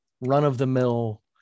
run-of-the-mill